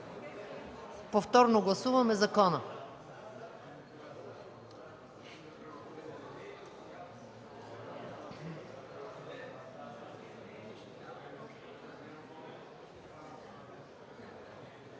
Повторно гласуваме закона.